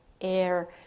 air